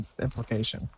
implication